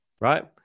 right